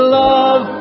love